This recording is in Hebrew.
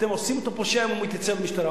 אתם עושים אותו פושע כשהוא מתייצב במשטרה,